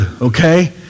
okay